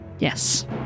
Yes